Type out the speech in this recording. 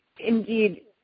indeed